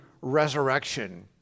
resurrection